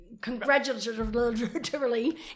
congratulatory